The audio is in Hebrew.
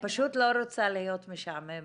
פשוט לא רוצה להיות משעממת.